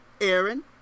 Aaron